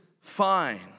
fine